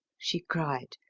she cried.